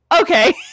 okay